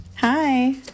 Hi